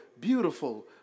beautiful